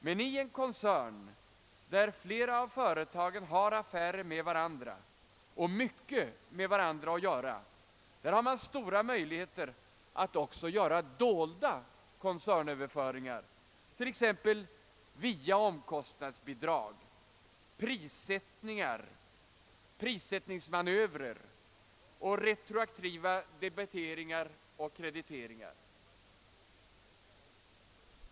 Men i en koncern, där flera av företagen har affärer med varandra och mycket med varandra att göra, finns det stora möjligheter att göra dolda koncernöverföringar, t.ex. via omkostnadsbidrag, prissättningsmanövrer och retroaktiva debiteringar och krediteringar.